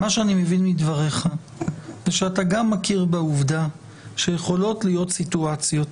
אני מבין מדבריך שזה שאתה גם מכיר בעובדה שיכולות להיות סיטואציות